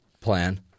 plan